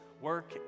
work